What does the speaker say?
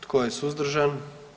Tko je suzdržan?